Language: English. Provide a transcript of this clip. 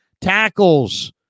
tackles